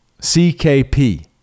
CKP